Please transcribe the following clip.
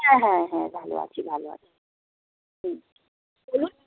হ্যাঁ হ্যাঁ হ্যাঁ ভালো আছি ভালো আছি বলুন